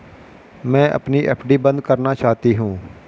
मैं अपनी एफ.डी बंद करना चाहती हूँ